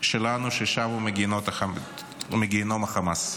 שלנו ששבו מגיהינום החמאס.